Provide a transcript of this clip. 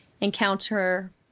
encounter